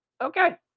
okay